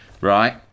Right